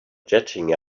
jetting